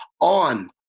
on